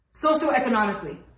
socioeconomically